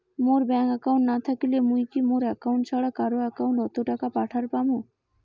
মোর bank account না থাকিলে মুই কি মোর একাউন্ট ছাড়া কারো একাউন্ট অত টাকা পাঠের পাম?